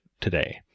today